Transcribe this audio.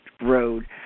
road